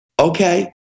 Okay